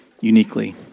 uniquely